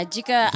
Jika